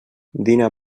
dina